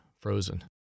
frozen